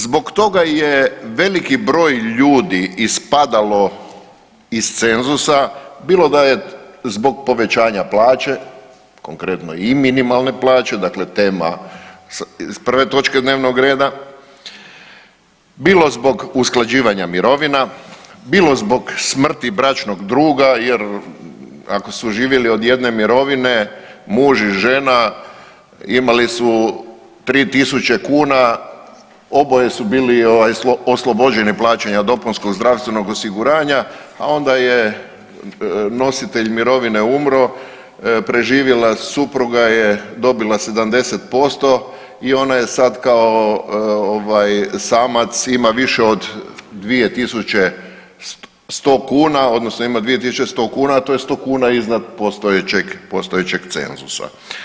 Zbog toga je veliki broj ljudi ispadalo iz cenzusa bilo da je zbog povećanja plaće, konkretno i minimalne plaće dakle tema s 1. točke dnevnoga reda, bilo zbog usklađivanja mirovina, bilo zbog smrti bračnog druga jer ako su živjeli od jedne mirovine muž i žena imali su 3 tisuće kuna, oboje su bili oslobođeni plaćanja dopunskog zdravstvenog osiguranja, a onda je nositelj mirovine umro, preživjela supruga je dobila 70% i ona je sada kao samac i ima više od 2.100 kuna odnosno ima 2.100 kuna, a to je 100 kuna iznad postojećeg cenzusa.